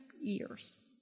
years